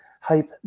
hype